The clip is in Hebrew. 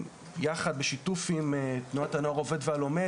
בשיתוף עם תנועת הנוער העובד והלומד